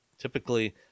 Typically